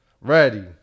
ready